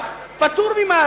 פטור.